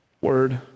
word